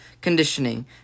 Conditioning